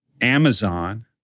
Amazon